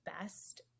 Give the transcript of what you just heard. best